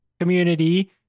Community